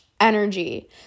energy